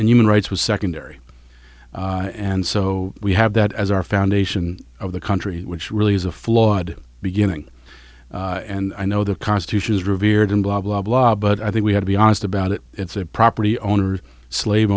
and human rights was secondary and so we have that as our foundation of the country which really is a flawed beginning and i know the constitution is revered and blah blah blah but i think we have to be honest about it it's a property owner slave